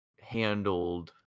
handled